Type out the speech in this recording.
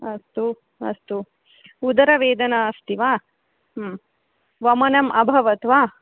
अस्तु अस्तु उदरवेदना अस्ति वा वमनम् अभवत् वा